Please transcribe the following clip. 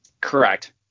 Correct